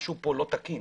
משהו פה לא תקין.